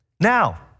Now